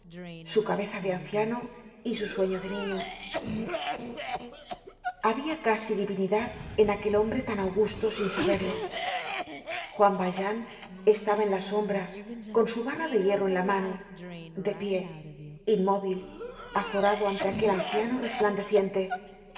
su cabeza de anciano y su sueño de niño pabia casi divinidad en aquel hombre tan augusto sin saberlo juan valjean estaba en la sombra con su barra de hierro en la mano de pié inmóvil azorado ante aquel anciano resplandeciente